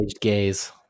Gays